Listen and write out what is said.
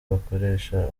bakoresha